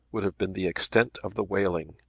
would have been the extent of the wailing,